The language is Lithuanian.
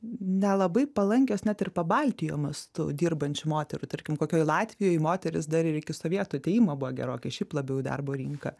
nelabai palankios net ir pabaltijo mastu dirbančių moterų tarkim kokioj latvijoj moterys dar ir iki sovietų atėjimo buvo gerokai šiaip labiau į darbo rinką